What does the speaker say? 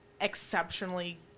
exceptionally